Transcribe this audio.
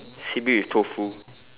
seaweed with tofu